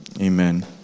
Amen